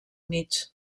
mig